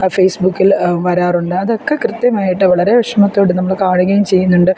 ഫേസ്ബുക്കിൽ വരാറുണ്ട് അതൊക്കെ കൃത്യമായിട്ടു വളരെ വിഷമത്തോടെ നമ്മൾ കാണുകയും ചെയ്യുന്നുണ്ട്